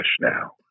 now